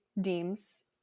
deems